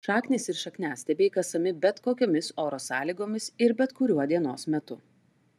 šaknys ir šakniastiebiai kasami bet kokiomis oro sąlygomis ir bet kuriuo dienos metu